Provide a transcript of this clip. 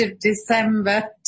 December